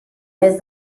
més